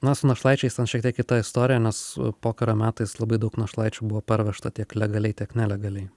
na su našlaičiais ten šiek tiek kita istorija nes pokario metais labai daug našlaičių buvo parvežta tiek legaliai tiek nelegaliai